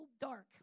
dark